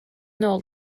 nôl